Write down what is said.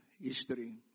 history